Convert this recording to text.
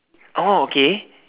okay